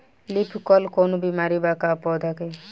Leaf कल कौनो बीमारी बा का पौधा के?